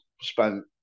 spent